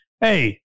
hey